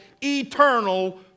eternal